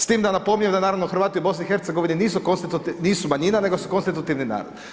S tim da napominjem da naravno Hrvati u BiH nisu manjina, nego su konstitutivni narod.